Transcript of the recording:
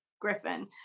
Griffin